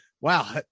Wow